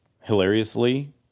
Hilariously